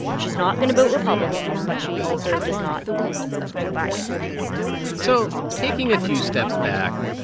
she's not going to vote republican, but she also does not intend to vote for joe biden so taking a few steps back,